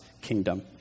kingdom